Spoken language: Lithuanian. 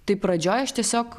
tai pradžioj aš tiesiog